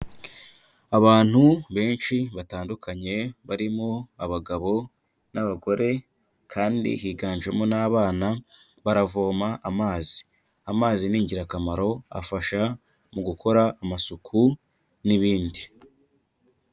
Abantu benshi batandukanye barimo abagabo n'abagore kandi higanjemo n'abana baravoma amazi, amazi ni ingirakamaro afasha mu gukora amasuku n'ibindi.